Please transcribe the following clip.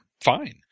fine